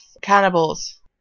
cannibals